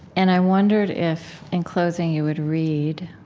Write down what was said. and i wondered if, in closing, you would read